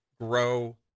grow